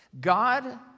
God